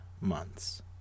months